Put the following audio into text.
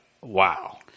wow